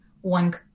one